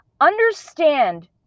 Understand